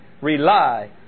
rely